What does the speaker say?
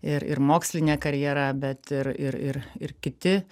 ir ir mokslinė karjera bet ir ir ir ir kiti